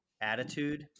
attitude